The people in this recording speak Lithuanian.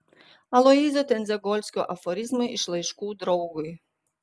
aloyzo tendzegolskio aforizmai iš laiškų draugui